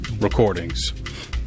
recordings